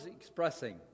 expressing